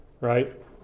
right